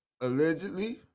allegedly